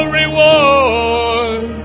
reward